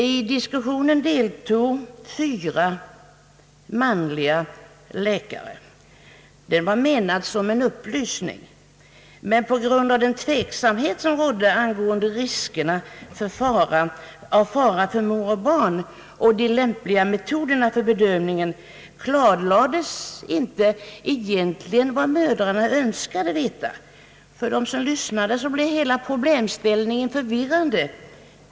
I diskussionen deltog fyra manliga läkare. Den var menad som en upplysning. Men på grund av den tveksamhet, som rådde angående riskerna för mor och barn och de lämpliga metoderna för bedövningen, klarlades inte vad mödrarna önskade veta. För dem som lyssnade blev hela problemställningen förvirrande.